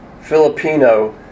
Filipino